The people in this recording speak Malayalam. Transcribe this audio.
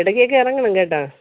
ഇടയ്ക്കൊക്കെ ഇറങ്ങണം കെട്ടോ